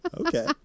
okay